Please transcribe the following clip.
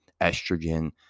estrogen